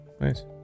Nice